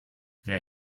wer